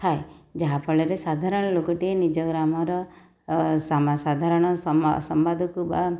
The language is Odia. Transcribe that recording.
ଥାଏ ଯାହାଫଳରେ ସାଧାରଣ ଲୋକଟିଏ ନିଜ ଗ୍ରାମର ସାଧାରଣ ସମ୍ବାଦକୁ ବା